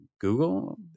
Google